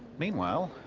meanwhile,